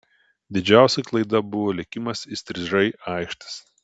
didžiausia klaida buvo lėkimas įstrižai aikštės